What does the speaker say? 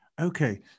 Okay